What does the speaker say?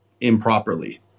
improperly